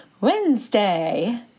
Wednesday